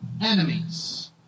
enemies